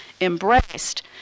embraced